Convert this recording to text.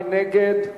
מי נגד?